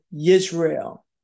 Israel